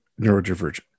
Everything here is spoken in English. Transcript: neurodivergent